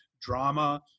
drama